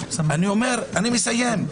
אני אומר ומסיים,